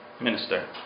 minister